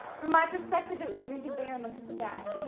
from my perspective, it was drinking beer and looking for guys.